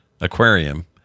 aquarium